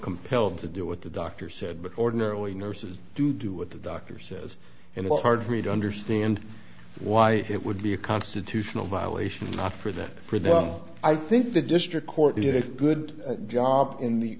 compelled to do what the doctor said but ordinarily nurses do do what the doctor says and the hard for me to understand why it would be a constitutional violation not for that i think the district court did a good job in the